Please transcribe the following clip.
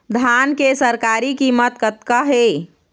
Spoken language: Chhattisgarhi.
धान के सरकारी कीमत कतका हे?